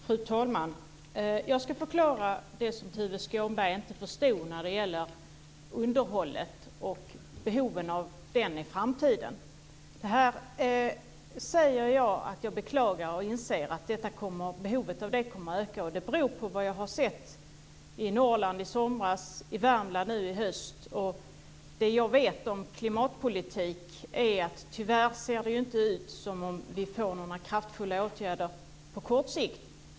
Fru talman! Jag ska förklara det som Tuve Skånberg inte förstod när det gäller behovet av underhåll i framtiden. Jag säger att jag beklagar det och att jag inser att behovet av underhåll kommer att öka. Det beror på vad jag såg i Norrland i somras och i Värmland nu i höst. Det jag vet om klimatpolitik är att det tyvärr inte ser ut som om vi får några kraftfulla åtgärder på kort sikt.